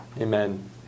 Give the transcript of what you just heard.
Amen